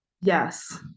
yes